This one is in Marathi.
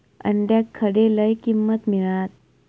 अंड्याक खडे लय किंमत मिळात?